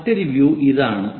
മറ്റൊരു വ്യൂ ഇതാണ്